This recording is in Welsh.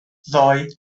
ddoi